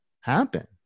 happen